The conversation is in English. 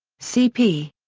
cp.